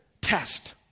test